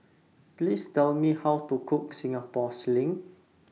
Please Tell Me How to Cook Singapore Sling